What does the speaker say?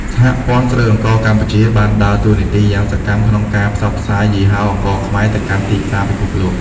សហព័ន្ធស្រូវអង្ករកម្ពុជាដើរតួនាទីយ៉ាងសកម្មក្នុងការផ្សព្វផ្សាយយីហោអង្ករខ្មែរទៅកាន់ទីផ្សារពិភពលោក។